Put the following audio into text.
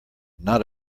not